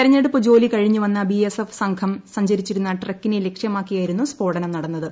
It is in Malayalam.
തെരഞ്ഞെടുപ്പ് ജോലി കഴിഞ്ഞി വന്ന ബി എസ് എഫ് സംഘം സഞ്ചരിച്ചിരുന്ന ട്രക്കിനെ ലക്ഷ്യമാക്കിയായിരുന്നു സ്ഫോടനം നടന്നത്